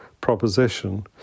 proposition